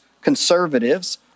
Conservatives